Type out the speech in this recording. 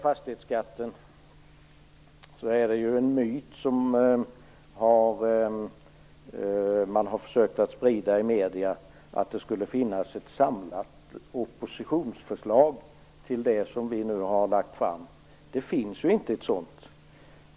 Det är en myt som man har försökt att sprida i medierna att det skulle finnas ett samlat oppositionsförslag om fastighetsskatten. Det finns inget sådant.